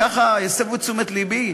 הסבו את תשומת לבי,